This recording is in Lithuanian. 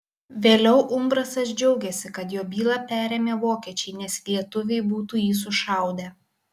vėliau umbrasas džiaugėsi kad jo bylą perėmė vokiečiai nes lietuviai būtų jį sušaudę